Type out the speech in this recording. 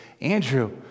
Andrew